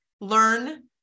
learn